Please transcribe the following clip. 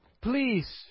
please